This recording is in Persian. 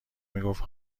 میگفت